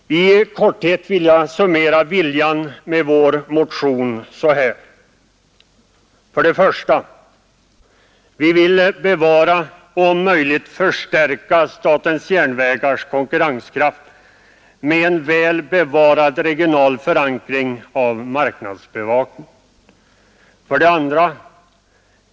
I korthet kan jag summera viljan med vår motion så här: 1. Vi vill bevara och om möjligt förstärka SJ:s konkurrenskraft, med en väl bevarad regional förankring av marknadsbevakningen. 2.